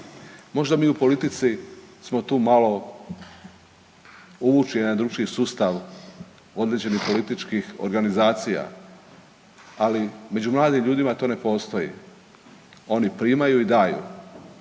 Možda mi u politici smo tu malo uvučeni u jedan drugačiji sustav određenih političkih organizacija, ali među mladim ljudima to ne postoji. Oni primaju i daju,